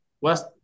West